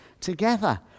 together